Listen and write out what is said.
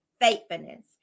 faithfulness